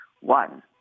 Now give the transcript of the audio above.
One